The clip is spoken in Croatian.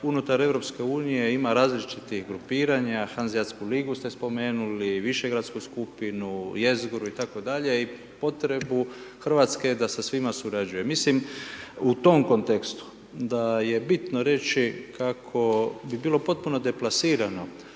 unutar Europske unije ima različitih grupiranja, Hanzeatsku ligu ste spomenuli, Višegradsku skupinu, jezgru i tako dalje, i potrebu Hrvatske da sa svima surađuje. Mislim u tom kontekstu da je bitno reći kao bi bilo potpuno deplasirano